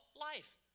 life